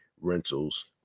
rentals